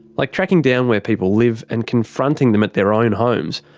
like tracking down where people live and confronting them at their own homes,